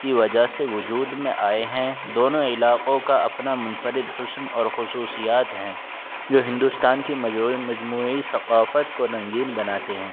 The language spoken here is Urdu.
کی وجہ سے وجود میں آئے ہیں دونوں علاقوں کا اپنا منفرد حسن اور خصوصیات ہیں جو ہندوستان کی مجموعی ثقافت کو رنگین بناتے ہیں